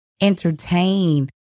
entertain